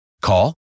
Call